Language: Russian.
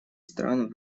стран